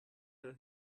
her